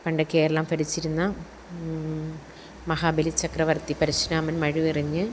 പണ്ട് കേരളം ഭരിച്ചിരുന്ന മഹാബലി ചക്രവർത്തി പരശുരാമൻ മഴുവെറിഞ്ഞ്